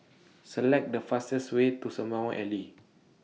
Select The fastest Way to Sembawang Alley